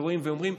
ואומרים: